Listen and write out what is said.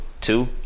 two